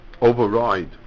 override